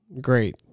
Great